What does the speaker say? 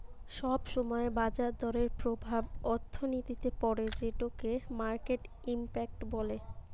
সব সময় বাজার দরের প্রভাব অর্থনীতিতে পড়ে যেটোকে মার্কেট ইমপ্যাক্ট বলে